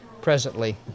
presently